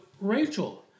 Rachel